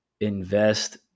invest